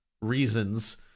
reasons